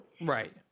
Right